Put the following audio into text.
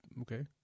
Okay